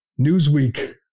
Newsweek